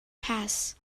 pass